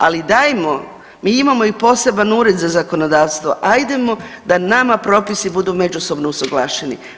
Ali dajmo, mi imamo i poseban ured za zakonodavstvo, ajdemo da nama propisi budu međusobno usuglašeni.